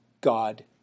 God